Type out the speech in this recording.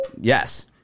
yes